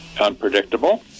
unpredictable